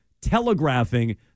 Telegraphing